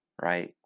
right